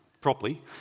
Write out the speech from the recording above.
properly